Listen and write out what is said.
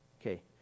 Okay